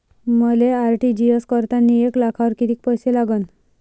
मले आर.टी.जी.एस करतांनी एक लाखावर कितीक पैसे लागन?